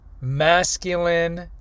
Masculine